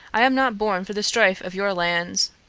i am not born for the strife of your land.